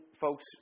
folks